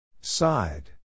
Side